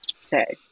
say